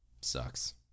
Sucks